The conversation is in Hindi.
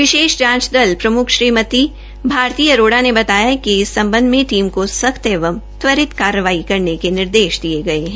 एसआईटी प्रमुख श्रीमती भारती अरोड़ा ने बताया कि इस संबंध में टीम को सख्त एवं त्वरित कार्रवाई करने के निर्देश दिए गए है